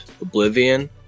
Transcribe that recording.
Oblivion